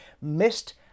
missed